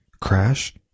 Crash